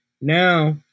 Now